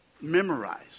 Memorized